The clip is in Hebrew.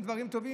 לא מתנהלים.